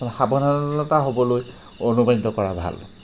সাৱধানতা হ'বলৈ অনুপ্ৰাণিত কৰা ভাল